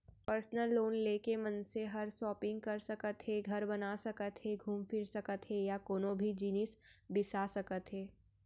personal loan ले के मनसे हर सॉपिंग कर सकत हे, घर बना सकत हे घूम फिर सकत हे या कोनों भी जिनिस बिसा सकत हे